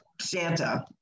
santa